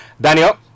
Daniel